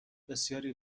بسیاری